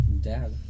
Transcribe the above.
Dad